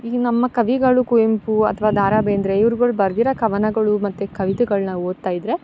ಈ ನಮ್ಮ ಕವಿಗಳು ಕುವೆಂಪು ಅಥ್ವ ದಾರಾ ಬೇಂದ್ರೆ ಇವ್ರುಗಳ್ ಬರೆದಿರೋ ಕವನಗಳು ಮತ್ತು ಕವಿತೆಗಳನ್ನ ಓದ್ತಾ ಇದ್ರೆ